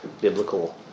biblical